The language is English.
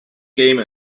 came